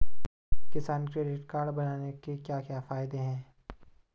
किसान credit card बनाने के क्या क्या फायदे हैं?